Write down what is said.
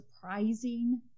surprising